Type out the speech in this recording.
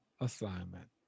assignment